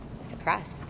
suppressed